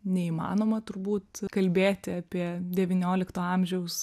neįmanoma turbūt kalbėti apie devyniolikto amžiaus